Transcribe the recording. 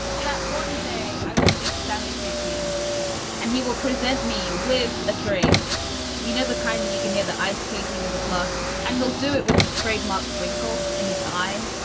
that one day i will meet stanley tucci and he will present me with a drink we know the kind of you can hear the ice clinking in the glass and he'll do it with his trademark twinkle in his eye.